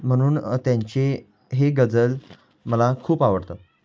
म्हणून त्यांचे हे गजल मला खूप आवडतात